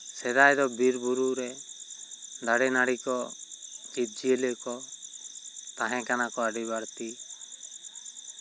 ᱥᱮᱫᱟᱭ ᱫᱚ ᱵᱤᱨ ᱵᱩᱨᱩ ᱨᱮ ᱫᱟᱨᱮᱼᱱᱟᱲᱤ ᱠᱚ ᱡᱤᱵᱼᱡᱤᱭᱟᱹᱞᱤ ᱠᱚ ᱛᱟᱦᱮᱸᱠᱟᱱᱟ ᱠᱚ ᱟᱹᱰᱤ ᱵᱟᱹᱲᱛᱤ